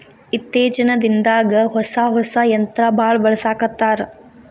ಇತ್ತೇಚಿನ ದಿನದಾಗ ಹೊಸಾ ಹೊಸಾ ಯಂತ್ರಾ ಬಾಳ ಬಳಸಾಕತ್ತಾರ